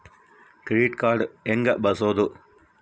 Credit card ಹೆಂಗ ಬಳಸೋದು?